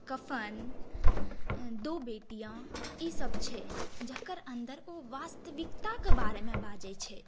कफन दो बेटियाँ ई सभ छै जकर अन्दर ओ वास्तविकताके बारेमे बाजैत छै